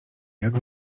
jak